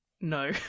No